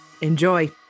Enjoy